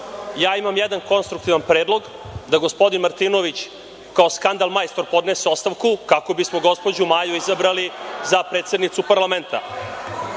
imam jedan konstruktivan predlog, da gospodin Martinović kao skandal majstor podnese ostavku kako bismo gospođu Maju izabrali za predsednicu parlamenta.